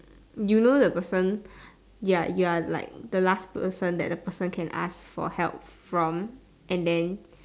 you know the person you're you're like the last person that the person can ask for help from and then